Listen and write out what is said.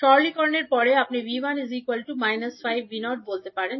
সরলকরণের পরে আপনি 𝐕1 −5𝐕0 বলতে পারেন